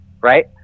right